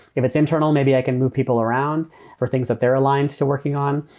if it's internal, maybe i can move people around for things that they're aligned to working on.